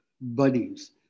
buddies